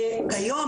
וכיום,